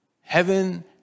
Heaven